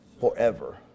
forever